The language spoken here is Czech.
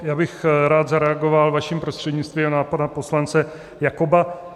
Já bych rád zareagoval vaším prostřednictvím na pana poslance Jakoba.